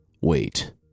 Wait